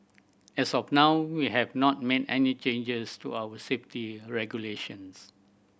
as of now we have not made any changes to our safety regulations